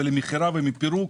מכירה ופירוק,